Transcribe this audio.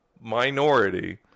minority